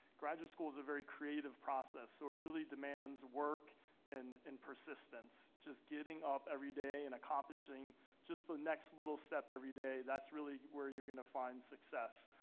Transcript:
graduate school is a very creative process, so really demands work and and persistence, just getting up every day and accomplishing just the next little step every day. that's really where you're gonna find success.